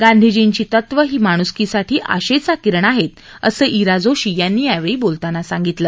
गांधीजींची तत्व ही माणुसकीसाठे आशेचा किरण आहेत असं इरा जोशी यांनी यावेळी बोलताना सांगितलं